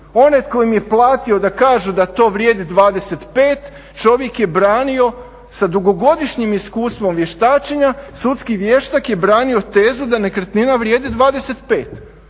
Onaj tko im je platio da kažu da to vrijedi 25, čovjek je branio sa dugogodišnjim iskustvom vještačenja sudski vještak je branio tezu da nekretnina vrijedi 25.